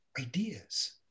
ideas